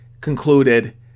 concluded